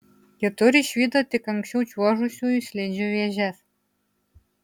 kitur išvydo tik anksčiau čiuožusiųjų slidžių vėžes